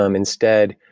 um instead,